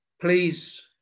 Please